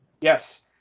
Yes